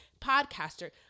podcaster